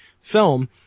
film